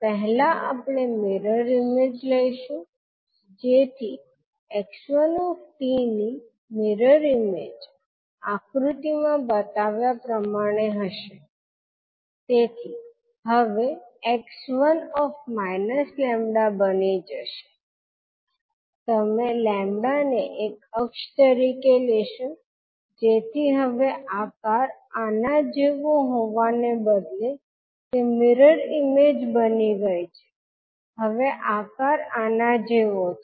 પહેલાં આપણે mirror image લઈશું જેથી 𝑥1 𝑡 ની મિરર ઇમેજ આકૃતિમાં બતાવ્યા પ્રમાણે હશે તેથી હવે તે 𝑥1 −𝜆 બની જશે તમે 𝜆 ને એક અક્ષ તરીકે લેશો જેથી હવે આકાર આના જેવો હોવાને બદલે તે મિરર ઇમેજ બની ગઈ છે હવે આકાર આના જેવો છે